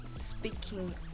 speaking